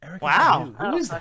wow